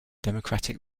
democratic